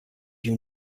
you